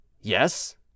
Yes